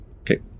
Okay